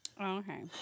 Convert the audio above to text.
Okay